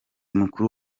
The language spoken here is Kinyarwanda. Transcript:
mukuru